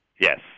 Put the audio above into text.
Yes